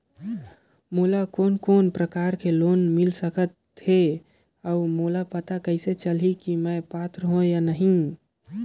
मोला कोन कोन प्रकार के लोन मिल सकही और मोला पता कइसे चलही की मैं पात्र हों या नहीं?